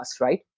right